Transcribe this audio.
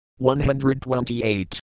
128